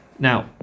Now